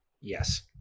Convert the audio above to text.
Yes